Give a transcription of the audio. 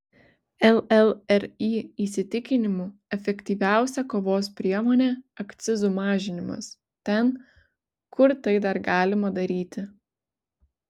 llri įsitikinimu efektyviausia kovos priemonė akcizų mažinimas ten kur tai dar galima daryti